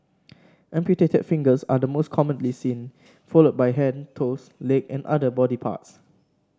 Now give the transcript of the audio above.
amputated fingers are the most commonly seen followed by hand toes leg and other body parts